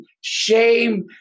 shame